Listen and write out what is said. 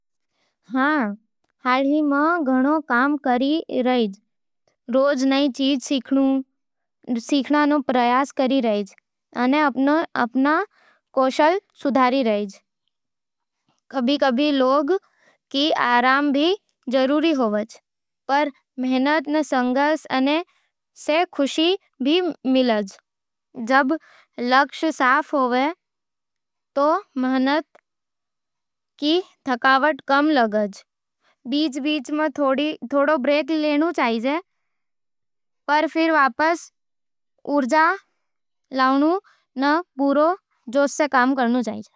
हाँ, हाल ही में घणो काम कड़ी राइ। रोज नई चीजां सीखण रो प्रयास करूं अने अपन कौशल सुधारूं। कभी-कभी लागे कि आराम भी जरूरी होवे, पर मेहनत सै संतोष अने खुशी भी मिलवे। जब लक्ष्य साफ होवे, तो मेहनत रो थकावट कम लागे। बीच-बीच में थोड़ा ब्रेक लेके ऊर्जा वापस लावूं अने फिर पूरा जोश सै काम करूं।